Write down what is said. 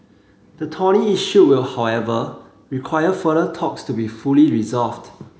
the thorny issue will however require further talks to be fully resolved